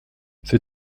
ces